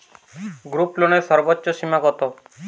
গ্রুপলোনের সর্বোচ্চ সীমা কত?